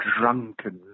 drunken